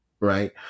Right